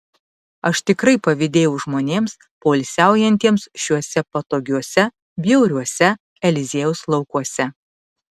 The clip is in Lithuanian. aš tikrai pavydėjau žmonėms poilsiaujantiems šiuose patogiuose bjauriuose eliziejaus laukuose